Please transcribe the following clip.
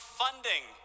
funding